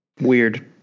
weird